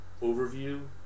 overview